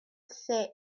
say